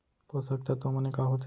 पोसक तत्व माने का होथे?